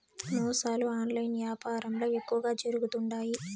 మోసాలు ఆన్లైన్ యాపారంల ఎక్కువగా జరుగుతుండాయి